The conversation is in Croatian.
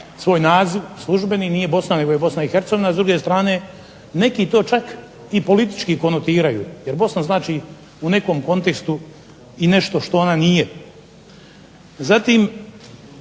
svoj naziv, službeni, nije Bosna nego je Bosna i Hercegovina, s druge strane neki to čak i politički konotiraju, jer Bosna znači u nekom kontekstu i nešto što ona nije. Zatim